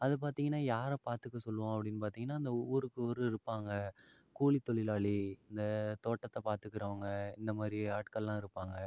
அதை பார்த்திங்கன்னா யாரை பார்த்துக்க சொல்லுவோம் அப்படின்னு பார்த்திங்கன்னா இந்த ஊருக்கு ஊர் இருப்பாங்க கூலி தொழிலாளி இந்த தோட்டத்தை பார்த்துக்குறவங்க இந்தமாதிரி ஆட்கள்லாம் இருப்பாங்க